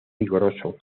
vigoroso